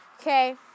Okay